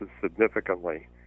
significantly